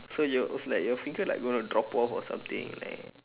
so you're was like your finger like gonna drop off or something like